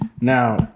Now